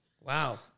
Wow